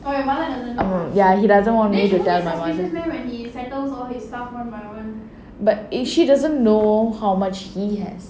ya he doesn't want me to tell my mother but she doesn't know how much he has